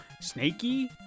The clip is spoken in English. snaky